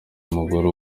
umugore